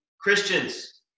Christians